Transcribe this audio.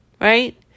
Right